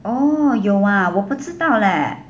oh 有 ah 我不知道 leh